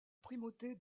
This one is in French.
primauté